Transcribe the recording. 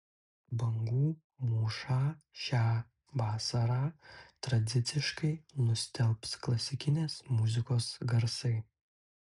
bangų mūšą šią vasarą tradiciškai nustelbs klasikinės muzikos garsai